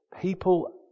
people